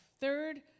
Third